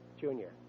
Junior